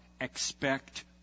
Expect